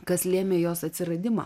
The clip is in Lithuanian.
kas lėmė jos atsiradimą